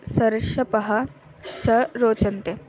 सर्शपः च रोचन्ते